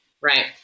right